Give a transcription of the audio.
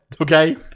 Okay